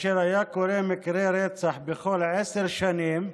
כאשר היה קורה מקרה רצח בכל עשר שנים,